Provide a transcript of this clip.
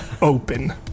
open